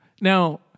Now